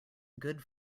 good